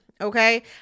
okay